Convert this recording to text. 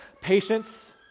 patience